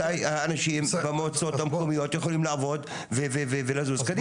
מתי האנשים במועצות המקומיות יכולים לעבוד ולזוז קדימה?